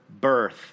birth